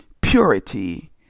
purity